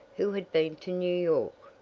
who had been to new york.